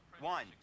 one